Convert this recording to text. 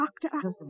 doctor